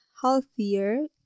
healthier